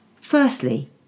Firstly